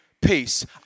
peace